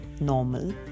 normal